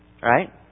Right